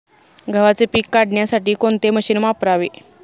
गव्हाचे पीक काढण्यासाठी कोणते मशीन वापरावे?